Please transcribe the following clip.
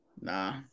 Nah